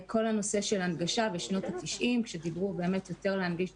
כל הנושא של הנגשה בשנות ה-90 כשדברו על הנגשת